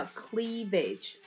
cleavage